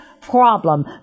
problem